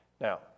Now